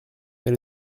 mais